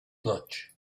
launch